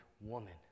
woman